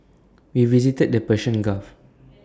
we visited the Persian gulf